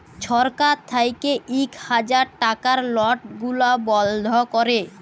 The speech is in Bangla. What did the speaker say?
ছরকার থ্যাইকে ইক হাজার টাকার লট গুলা বল্ধ ক্যরে